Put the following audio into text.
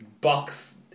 box